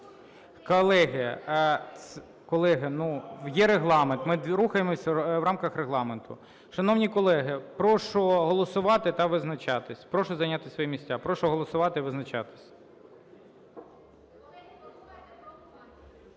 Колеги, ну, є Регламент, ми рухаємося в рамках Регламенту. Шановні колеги, прошу голосувати та визначатись. Прошу зайняти свої місця. Прошу голосувати і визначатись.